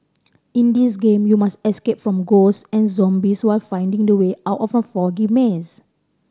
in this game you must escape from ghosts and zombies while finding the way out of a foggy maze